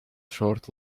short